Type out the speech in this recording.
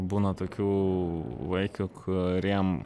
būna tokių vaikių kuriem